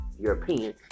European